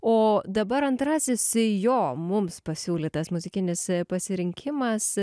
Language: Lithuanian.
o dabar antrasis jo mums pasiūlytas muzikinis pasirinkimas